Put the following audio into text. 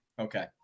okay